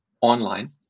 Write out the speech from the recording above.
online